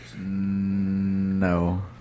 No